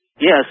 Yes